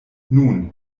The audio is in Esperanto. nun